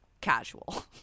casual